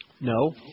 No